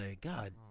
God